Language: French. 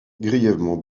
grièvement